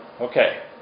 okay